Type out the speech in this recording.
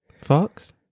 fox